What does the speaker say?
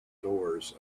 doors